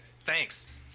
Thanks